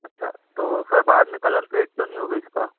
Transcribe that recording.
اچھا تو سر بعد میں کلر فیڈ تو نہیں ہوگا اس کا